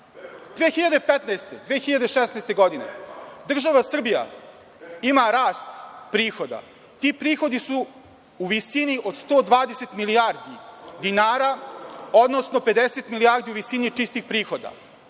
2015. i 2016. država Srbija ima rast prihoda, a ti prihodi su u visini od 120 milijardi dinara, odnosno 50 milijardi u visini čistih prihoda. Ovde